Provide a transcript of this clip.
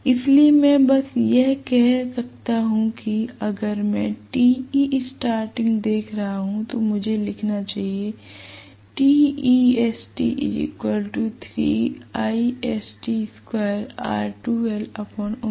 इसलिए मैं बस यह कह सकता हूं कि अगर मैं Te starting देख रहा हूं तो मुझे लिखना चाहिए क्योंकि s 1